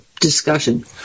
discussion